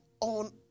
on